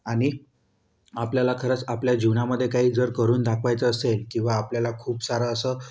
आणि आपल्याला खरंच आपल्या जीवनामध्ये काही जर करून दाखवायचं असेल किंवा आपल्याला खूप सारं असं